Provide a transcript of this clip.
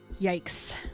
Yikes